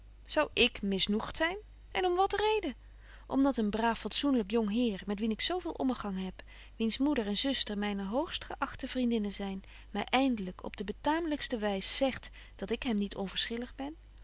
zou ik misnoegt zyn en om wat reden om dat een braaf fatsoenlyk jong heer met wien ik zo veel ommegang heb wiens moeder en zuster myne hoogst geachte vriendinnen zyn my eindelyk op de betamelykste wys zegt dat ik hem niet onverschillig ben